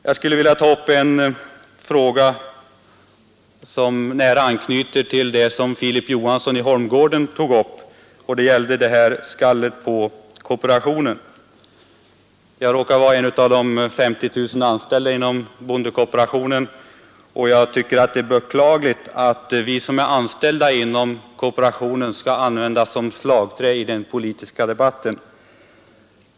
Jag skulle vilja ta upp en fråga som nära anknyter till det som Filip Johansson i Holmgården tog upp, nämligen skallet mot kooperationen. Jag råkar vara en av de 50 000 anställda inom bondekooperationen, och jag tycker att det är beklagligt att vi skall användas som slagträn i den politiska debatten.